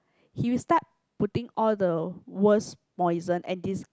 he'll start putting all the worst poison and this